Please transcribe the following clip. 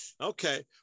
Okay